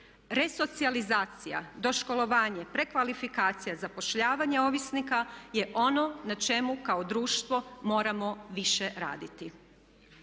Resocijalizacija, doškolovanje, prekvalifikacija, zapošljavanje ovisnika je ono na čemu kao društvo moramo više raditi.